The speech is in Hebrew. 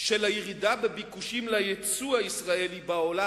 של הירידה בביקושים ליצוא הישראלי בעולם,